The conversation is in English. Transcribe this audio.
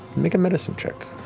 make a medicine check.